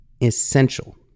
essential